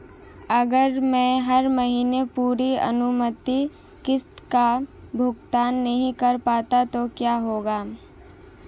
अगर मैं हर महीने पूरी अनुमानित किश्त का भुगतान नहीं कर पाता तो क्या होगा?